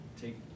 take –